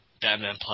Batman